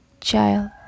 child